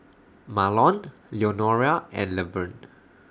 Marlon Leonora and Levern